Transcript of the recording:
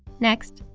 next,